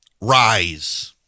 rise